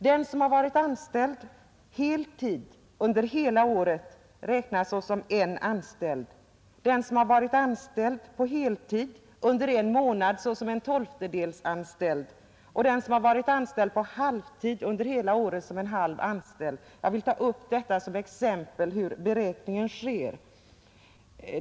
Den som har varit anställd hel tid under hela året räknas såsom en anställd, den som varit anställd på hel tid under en månad såsom en tolftedels anställd och den som varit anställd på halvtid under hela året som en halv anställd. Jag vill ta upp detta som exempel på hur beräkningen sker.